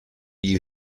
you